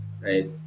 right